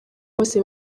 bose